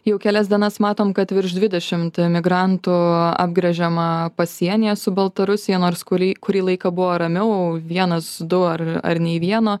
jau kelias dienas matom kad virš dvidešimt migrantų apgręžiama pasienyje su baltarusija nors kurį kurį laiką buvo ramiau vienas du ar ar nei vieno